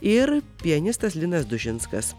ir pianistas linas dužinskas